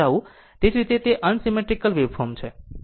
એ જ રીતે તે અનસીમેટ્રીકલ વેવફોર્મ છે